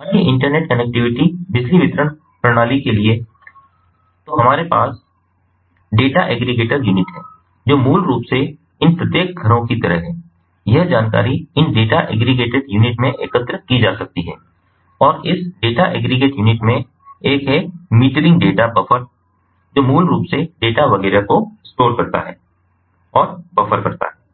अन्य internet connectivity बिजली वितरण प्रणाली के लिए तो हमारे पास डेटा एग्रीगेटर यूनिट है जो मूल रूप से इन प्रत्येक घरों की तरह है यह जानकारी इन डेटा एग्रीगेटेड यूनिट में एकत्र की जा सकती है और इस डेटा एग्रीगेट यूनिट में एक है मीटरिंग डेटा बफर जो मूल रूप से डेटा वगैरह को स्टोर करता है और बफर करता है